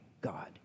God